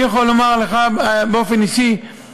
אני יכול לומר לך באופן אישי,